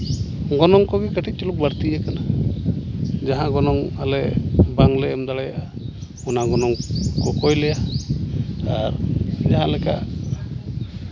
ᱜᱚᱱᱚᱝ ᱠᱚᱜᱮ ᱠᱟᱹᱴᱤᱡ ᱪᱩᱞᱩᱝ ᱵᱟᱹᱲᱛᱤᱭ ᱠᱟᱱᱟ ᱡᱟᱦᱟᱸ ᱜᱚᱱᱚᱝ ᱟᱞᱮ ᱵᱟᱝᱞᱮ ᱮᱢ ᱫᱟᱲᱮᱭᱟᱜᱼᱟ ᱚᱱᱟ ᱜᱚᱱᱚᱝ ᱠᱚ ᱠᱚᱭ ᱞᱮᱭᱟ ᱟᱨ ᱡᱟᱦᱟᱸ ᱞᱮᱠᱟ